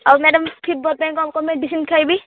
ଆଉ madam fever ପାଇଁ କ'ଣ କ'ଣ ମେଡ଼ିସିନ୍ ଖାଇବି